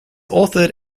authored